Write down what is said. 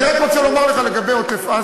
אני רק רוצה לומר לך לגבי עוטף-עזה,